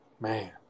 Man